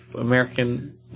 American